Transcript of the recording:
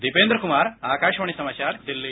दीपेन्द्र कुमार आकाशवाणी समाचार दिल्ली